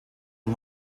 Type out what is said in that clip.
und